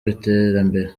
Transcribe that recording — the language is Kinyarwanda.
by’iterambere